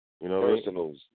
Personals